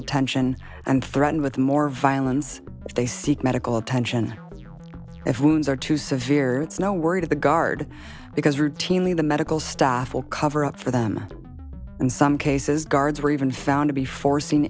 attention and threatened with more violence if they seek medical attention if wounds are too severe it's now word of the guard because routinely the medical staff will cover up for them in some cases guards or even found to be forcing